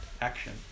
action